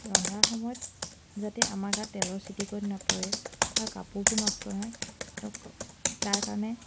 ৰন্ধাৰ সময়ত যাতে আমাৰ গাত তেলৰ ছিটিকনি নপৰে বা কাপোৰবোৰ নষ্ট নহয় তাৰ কাৰণে